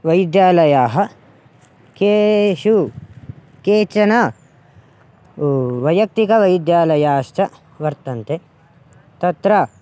वैद्यालयाः केषु केचन वैयक्तिकवैद्यालयाश्च वर्तन्ते तत्र